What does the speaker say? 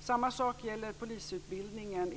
Samma sak gäller polisutbildningen.